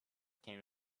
came